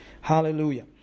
Hallelujah